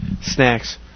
snacks